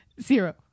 Zero